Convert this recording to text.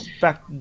back